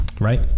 right